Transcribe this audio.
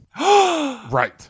Right